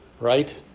right